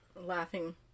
Laughing